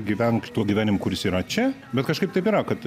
gyvenk tuo gyvenimu kuris yra čia bet kažkaip taip yra kad